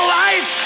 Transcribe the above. life